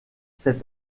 cet